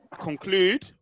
conclude